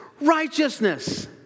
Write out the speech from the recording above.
righteousness